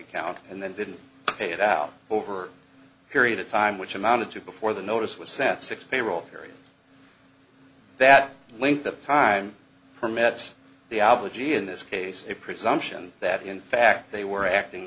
account and then didn't pay it out over a period of time which amounted to before the notice was sent six payroll areas that link the time permits the allergy in this case a presumption that in fact they were acting